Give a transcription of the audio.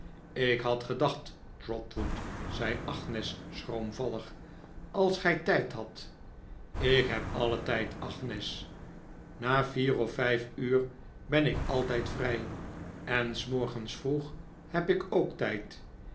ik heb gedacht trotwood zei agnes schroomvallig als gij tijd hadt ik heb alien tijd agnes na vier of vijf uur ben ik altijd vrij en s morgens vroeg heb ik ook tijd